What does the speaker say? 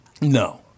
No